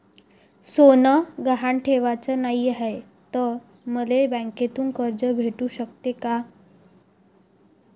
सोनं गहान ठेवाच नाही हाय, त मले बँकेतून कर्ज भेटू शकते का?